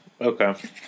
Okay